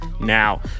now